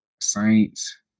Saints